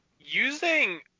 Using